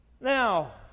Now